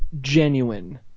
genuine